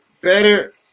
better